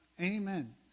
Amen